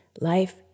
life